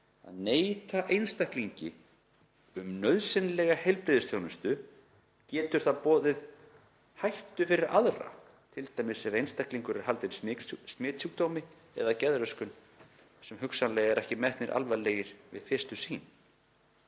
að neita einstaklingi um nauðsynlega heilbrigðisþjónustu getur það boðið heim hættu fyrir aðra ef t.d. einstaklingur er haldinn smitsjúkdómi eða geðröskun sem hugsanlega eru ekki metnir alvarlegir við fyrstu sýn.